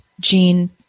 gene